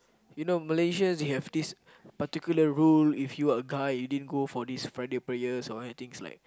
you know Malaysia you have this particular rule if you are a guy you didn't go for this Friday prayers or anything is like